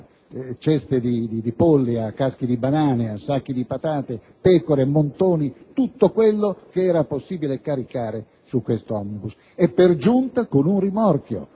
ceste di polli, a caschi di banane, a sacchi di patate, a pecore, a montoni e a tutto quello che è possibile caricare su questo *omnibus* e, per giunta, con un rimorchio